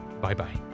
Bye-bye